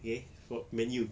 okay from man U